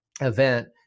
event